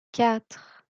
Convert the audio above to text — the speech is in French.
quatre